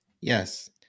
Yes